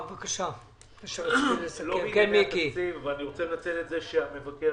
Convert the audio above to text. אני רוצה להזכיר למבקר